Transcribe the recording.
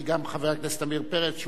כי גם חבר הכנסת עמיר פרץ,